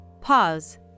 Pause